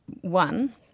one